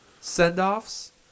send-offs